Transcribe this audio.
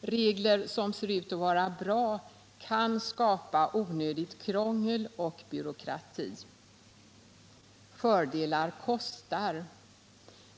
Regler som ser ut att vara bra kan skapa onödigt krångel och byråkrati. Fördelar kostar.